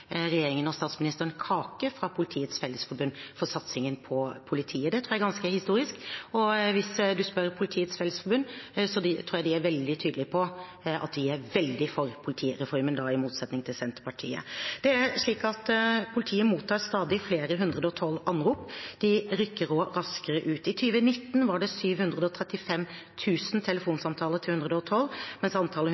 regjeringen og statsministeren kake fra Politiets Fellesforbund for satsingen på politiet. Det tror jeg er ganske historisk. Og hvis du spør Politiets Fellesforbund, tror jeg de er veldig tydelige på at de er veldig for politireformen, i motsetning til Senterpartiet. Politiet mottar stadig flere 112-anrop. De rykker også raskere ut. I 2019 var det 735 000 telefonsamtaler til 112, mens antallet 110-anrop var på 195 130. Henvendelser til